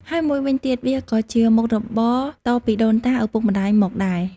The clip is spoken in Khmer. ហើយមួយវិញទៀត វាក៏ជាមុខរបរតពីដូនតា ឪពុកម្ដាយមកដែរ ។